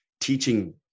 teaching